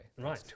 Right